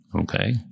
okay